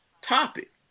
topic